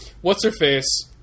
What's-her-face